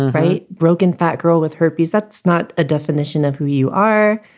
right. broken fat girl with herpes. that's not a definition of who you are.